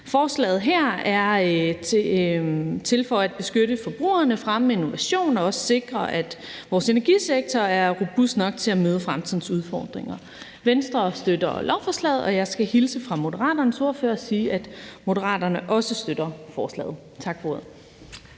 Forslaget her er til for at beskytte forbrugerne, fremme innovation og også sikre, at vores energisektor er robust nok til at møde fremtidens udfordringer. Venstre støtter lovforslaget. Jeg skal hilse fra Moderaternes ordfører sige, at Moderaterne også støtter forslaget. Tak for